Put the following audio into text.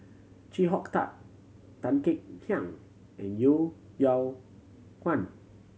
Chee Tat Tan Kek Hiang and Yeo Yeow Kwang